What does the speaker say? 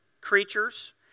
creatures